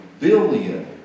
billion